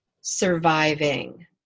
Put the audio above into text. surviving